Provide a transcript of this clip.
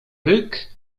ryk